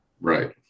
right